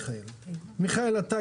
אתמול בלילה הייתה לי שיחה עם מיכאל ביטון,